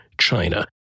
China